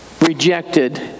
rejected